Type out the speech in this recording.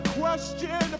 question